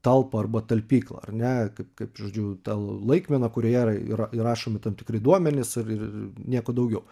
talpą arba talpyklą ar ne kaip kaip žodžiu tą laikmeną kurioje yra įrašomi tam tikri duomenys ir nieko daugiau